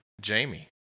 Jamie